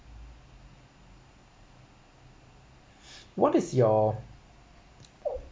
what is your